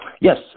Yes